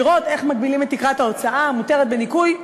לראות איך מגבילים את תקרת ההוצאה המותרת בניכוי.